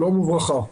שלום וברכה.